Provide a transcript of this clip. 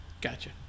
Gotcha